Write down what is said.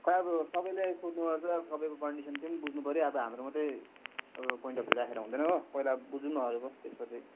खै अब सबैलाई सोध्नुपर्छ सबैको कन्डिसन पनि बुझ्नु पर्यो अब हाम्रो मात्रै अब पोइन्ट अफ भ्यू राखेर हुँदैन हो पहिला बुझौँ न अरूको त्यसपछि